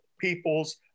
people's